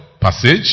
passage